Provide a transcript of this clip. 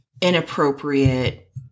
inappropriate